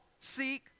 seek